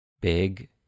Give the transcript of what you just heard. Big